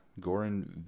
Goran